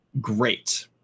great